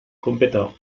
completò